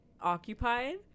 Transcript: occupied